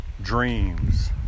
dreams